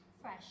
fresh